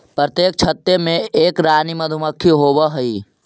प्रत्येक छत्ते में एक रानी मधुमक्खी होवअ हई